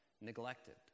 neglected